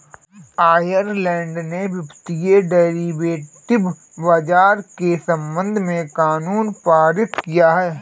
Ireland ने वित्तीय derivative बाजार के संबंध में कानून पारित किया है